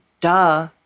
duh